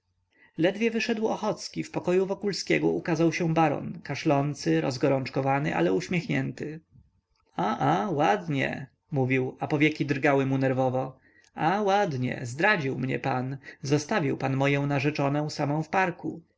ledwie wyszedł ochocki w pokoju wokulskiego ukazał się baron kaszlący rozgorączkowany ale uśmiechnięty a a ładnie mówił a powieki drgały mu nerwowo a ładnie zdradził mnie pan zostawił pan moje narzeczonę samę w parku